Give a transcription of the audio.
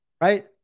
right